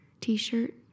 t-shirt